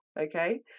Okay